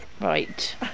Right